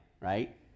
right